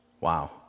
Wow